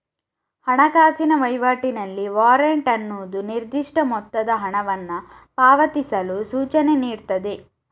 ಹಣಕಾಸಿನ ವೈವಾಟಿನಲ್ಲಿ ವಾರೆಂಟ್ ಅನ್ನುದು ನಿರ್ದಿಷ್ಟ ಮೊತ್ತದ ಹಣವನ್ನ ಪಾವತಿಸಲು ಸೂಚನೆ ನೀಡ್ತದೆ